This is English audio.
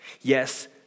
Yes